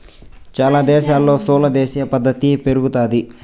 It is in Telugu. చాలా దేశాల్లో స్థూల దేశీయ ఉత్పత్తి పెరుగుతాది